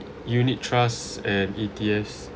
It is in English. unit trust and E_T_F